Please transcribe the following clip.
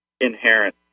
inherent